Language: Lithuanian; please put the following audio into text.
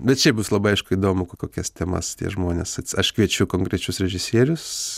bet šiaip bus labai aišku įdomu kokias temas tie žmonės aš kviečiu konkrečius režisierius